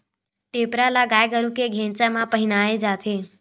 टेपरा ल गाय गरु के घेंच म पहिराय जाथे